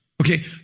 Okay